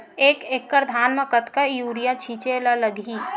एक एकड़ धान में कतका यूरिया छिंचे ला लगही?